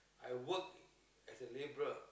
I work as a labourer